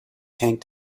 tank